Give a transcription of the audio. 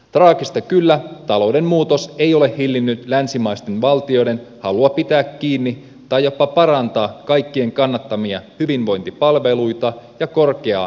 traagista kyllä talouden muutos ei ole hillinnyt länsimaisten valtioiden halua pitää kiinni tai jopa parantaa kaikkien kannattamia hyvinvointipalveluita ja korkeaa elintasoa